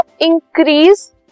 increase